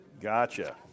gotcha